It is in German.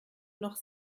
noch